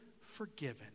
forgiven